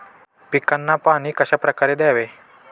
पिकांना पाणी कशाप्रकारे द्यावे?